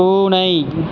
பூனை